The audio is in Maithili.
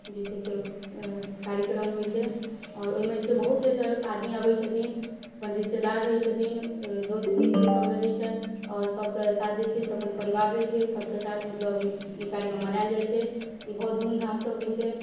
जे छै से कार्यक्रम होइ छै आओर ओइमे जे छै बहुत आदमी अबै छथिन अपन रिश्तेदार रहै छथिन दोस्त मित्र सब रहै छनि आओर सबके साथ जे छै से अपन परिवार रहै छै सबके साथ मतलब ई कार्यक्रम मनायल जाइ छै ई बहुत धूमधामसँ होइ छै